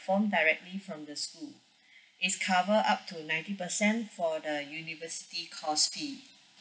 form directly form the school it's cover up to ninety percent for the university course fee